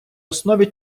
основі